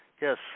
Yes